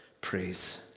praise